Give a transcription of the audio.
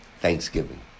Thanksgiving